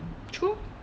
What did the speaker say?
true